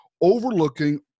overlooking